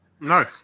No